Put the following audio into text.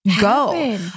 go